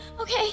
okay